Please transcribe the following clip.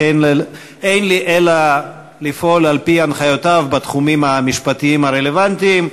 שאין לי אלא לפעול לפי הנחיותיו בתחומים המשפטיים הרלוונטיים.